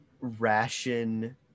ration